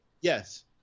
Yes